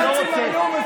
חצי מהנאום הפריעו,